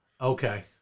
Okay